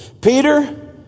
Peter